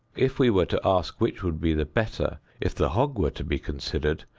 if we were to ask which would be the better, if the hog were to be considered,